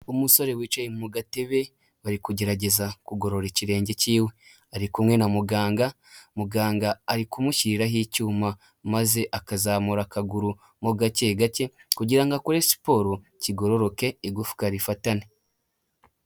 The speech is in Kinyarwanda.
Umusore wicaye mu gatebe, bari kugerageza kugorora ikirenge cy'iwe, ari kumwe na muganga. Muganga ari kumushyiriraho icyuma, maze akazamura akaguru mu gake gake kugira ngo akore siporo kigororoke igufwa rifatane.